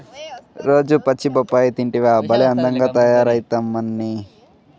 రోజూ పచ్చి బొప్పాయి తింటివా భలే అందంగా తయారైతమ్మన్నీ